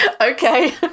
Okay